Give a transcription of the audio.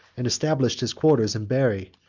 and established his quarters in berry,